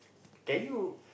can you